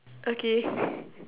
okay